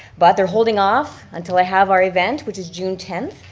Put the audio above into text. but they're holding off until i have our event which is june tenth.